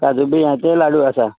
काजू बियांचेय लाडू आसा